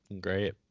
Great